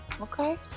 Okay